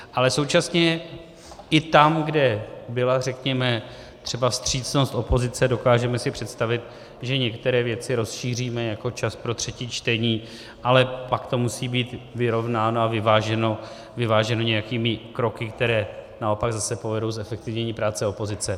Ale současně i tam, kde byla řekněme třeba vstřícnost opozice, dokážeme si představit, že některé věci rozšíříme, jako čas pro třetí čtení, ale pak to musí být vyrovnáno a vyváženo nějakými kroky, které naopak zase povedou k zefektivnění práce opozice.